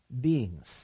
beings